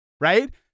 Right